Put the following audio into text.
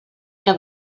que